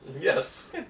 Yes